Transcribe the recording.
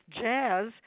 Jazz